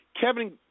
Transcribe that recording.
Kevin